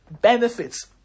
benefits